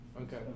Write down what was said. Okay